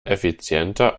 effizienter